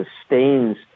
sustains